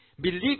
believe